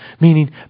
meaning